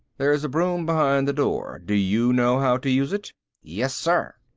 there is a broom behind the door. do you know how to use it? yes, sir.